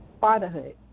fatherhood